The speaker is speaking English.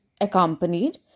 accompanied